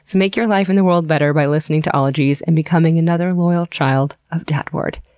so make your life and the world better by listening to ologies and becoming another loyal child of dad ward.